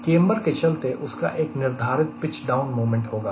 camber के चलते उसका एक निर्धारित पिच डाउन मोमेंट होगा